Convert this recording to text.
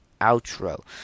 outro